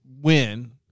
win